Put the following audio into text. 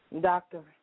Doctor